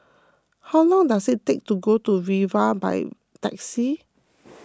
how long does it take to get to Viva by taxi